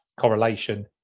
correlation